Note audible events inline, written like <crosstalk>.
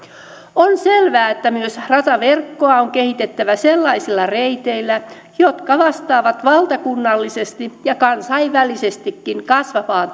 on selvää että myös rataverkkoa on kehitettävä sellaisilla reiteillä jotka vastaavat valtakunnallisesti ja kansainvälisestikin kasvavaan <unintelligible>